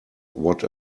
what